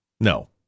no